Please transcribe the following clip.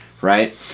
right